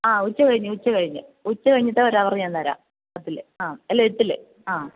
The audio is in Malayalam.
ആ ഉച്ച കഴിഞ്ഞ് ഉച്ച കഴിഞ്ഞ് ഉച്ച കഴിഞ്ഞിട്ട് ഒരവറ് ഞാന് തരാം പത്തിലെ ആ അല്ല എട്ടിലെ ആ